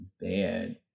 bad